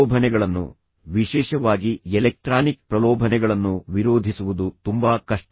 ಪ್ರಲೋಭನೆಗಳನ್ನು ವಿಶೇಷವಾಗಿ ಎಲೆಕ್ಟ್ರಾನಿಕ್ ಪ್ರಲೋಭನೆಗಳನ್ನು ವಿರೋಧಿಸುವುದು ತುಂಬಾ ಕಷ್ಟ